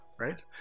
Right